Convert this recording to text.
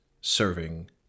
serving